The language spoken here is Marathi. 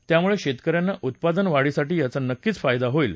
त्यामुळे शेतक यांना उत्पादन वाढीसाठी याचा नक्कीच फायदा होईल